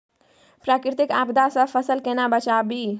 प्राकृतिक आपदा सं फसल केना बचावी?